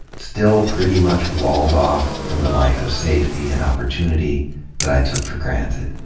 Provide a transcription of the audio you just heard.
still pretty much walled off from the life of safety and opportunity that i took for granted.